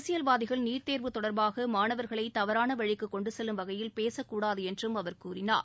அரசியல்வாதிகள் நீட் தேர்வு தொடர்பாக மாணவர்களை தவறான வழிக்கு கொண்டுசெல்லும் வகையில் பேசக்கூடாது என்று அவர் கூறினார்